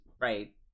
right